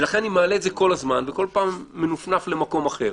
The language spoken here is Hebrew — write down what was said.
ולכן אני מעלה את זה כל הזמן וכל פעם מנופנף למקום אחר.